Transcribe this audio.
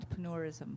entrepreneurism